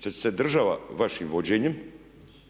što će se država vašim vođenjem